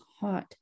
hot